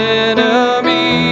enemy